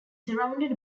surrounded